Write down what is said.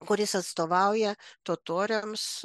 kuris atstovauja totoriams